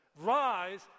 rise